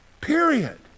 Period